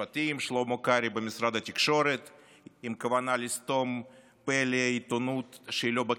שלמה קרעי במשרד התקשורת עם כוונה לסתום פה לעיתונות שהיא לא בכיס שלו,